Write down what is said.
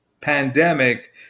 pandemic